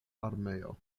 armeo